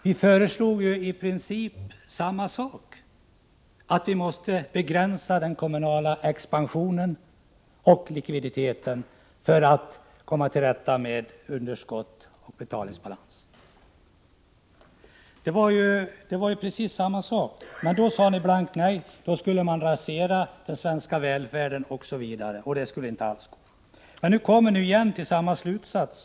Vi föreslog ju i princip samma sak, att vi måste begränsa den kommunala expansionen och minska likviditeten för att komma till rätta med underskott och betalningsbalans. Men då sade ni blankt nej. Det skulle inte alls gå, den svenska välfärden skulle komma att raseras, osv. Men nu kommer ni åter fram till samma slutsats.